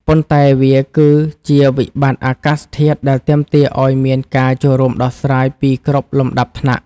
ប៉ុន្តែវាគឺជាវិបត្តិអាកាសធាតុដែលទាមទារឱ្យមានការចូលរួមដោះស្រាយពីគ្រប់លំដាប់ថ្នាក់។